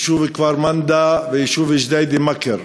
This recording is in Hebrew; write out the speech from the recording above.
ביישוב כפר-מנדא וביישוב ג'דיידה-מכר.